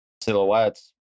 silhouettes